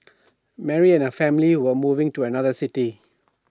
Mary and her family were moving to another city